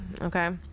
Okay